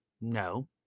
no